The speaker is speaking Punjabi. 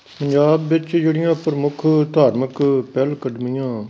ਪੰਜਾਬ ਵਿੱਚ ਜਿਹੜੀਆਂ ਪ੍ਰਮੁੱਖ ਧਾਰਮਿਕ ਪਹਿਲਕਦਮੀਆਂ